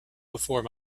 before